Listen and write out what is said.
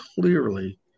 clearly